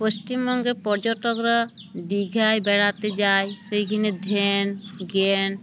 পশ্চিমবঙ্গের পর্যটকরা দীঘায় বেড়াতে যায় সেইখানে ধ্যান জ্ঞান